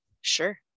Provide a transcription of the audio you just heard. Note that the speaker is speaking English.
sure